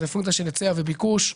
זה פונקציה של היצע וביקוש.